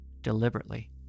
deliberately